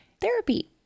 therapy